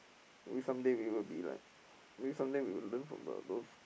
maybe someday we will be like maybe someday we will learn from the those